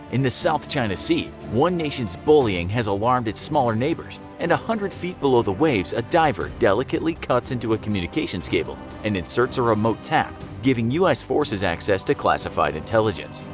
in the south china sea one nation's bullying has alarmed its smaller neighbors, and a hundred feet beneath the waves a diver delicately cuts into a communications cable and inserts a remote tap, giving us forces access to classified intelligence.